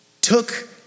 took